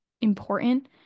important